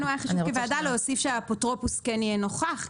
לנו היה חשוב כוועדה להוסיף שהאפוטרופוס כן יהיה נוכח,